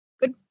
Good